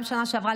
גם בשנה שעברה,